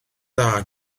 dda